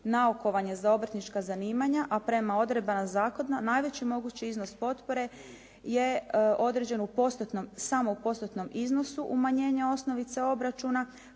naukovanje za obrtnička zanimanja a prema odredbama zakona najveći mogući iznos potpore je određen u postotnom, samo u postotnom iznosu umanjenja osnovice obračuna